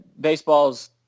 baseball's